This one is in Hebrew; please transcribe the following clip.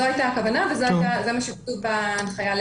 זו הייתה הכוונה וזה מה שכתוב בהנחיה.